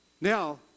Now